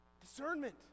Discernment